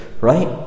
right